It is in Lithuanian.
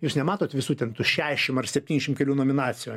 jūs nematot visų tarp tų šešiasdešim ar septyniasdešim kelių nominacijų